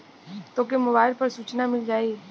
तोके मोबाइल पर सूचना मिल जाई